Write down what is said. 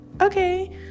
okay